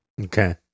Okay